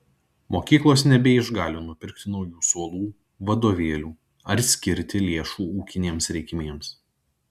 mokyklos nebeišgali nupirkti naujų suolų vadovėlių ar skirti lėšų ūkinėms reikmėms